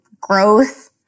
growth